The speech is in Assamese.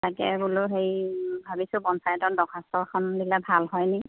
তাকে বোলো হেৰি ভাবিছোঁ পঞ্চায়তত দখাস্ত এখন দিলে ভাল হয় নি